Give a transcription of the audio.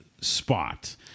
spot